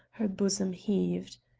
her bosom heaved.